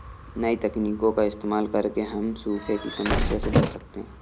नई तकनीकों का इस्तेमाल करके हम सूखे की समस्या से बच सकते है